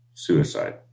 suicide